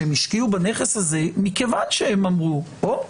שהם השקיעו בנכס הזה מכיוון שהם אמרו או,